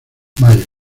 mayo